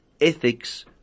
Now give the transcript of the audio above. ethics